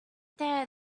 there